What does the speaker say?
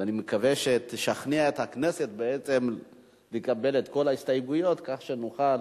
ואני מקווה שתשכנע את הכנסת בעצם לקבל את כל ההסתייגויות כך שנוכל